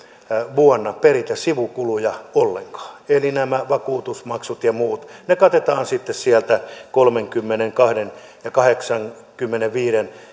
vuonna peritä sivukuluja ollenkaan eli nämä vakuutusmaksut ja muut katetaan sitten sieltä kolmenkymmenenkahden pilkku kahdeksankymmenenviiden